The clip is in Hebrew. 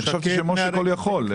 חשבתי שמשה שגיא כל יכול.